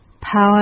Power